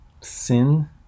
sin